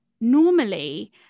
normally